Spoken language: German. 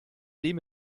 dem